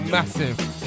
Massive